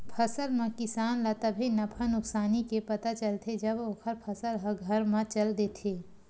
फसल म किसान ल तभे नफा नुकसानी के पता चलथे जब ओखर फसल ह घर म चल देथे